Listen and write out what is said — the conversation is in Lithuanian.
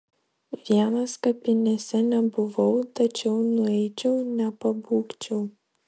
vienas kapinėse nebuvau tačiau nueičiau nepabūgčiau